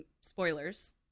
spoilers